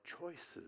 choices